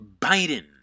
Biden